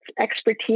expertise